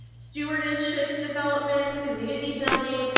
stewardship development, community building,